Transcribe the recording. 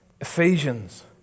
Ephesians